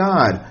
God